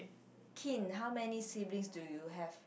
kin how many siblings do you have